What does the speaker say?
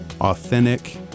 authentic